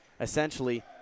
essentially